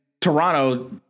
Toronto